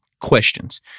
questions